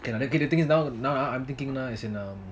okay okay the thing the thing now now I am thinking now is um